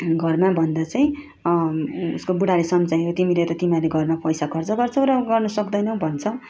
घरमा भन्दा चाहिँ उसको बुडाले सम्झायो तिमीले त तिमीहरूले घरमा पैसा खर्च गर्छौँ र गर्नु सक्दैनौँ भन्छ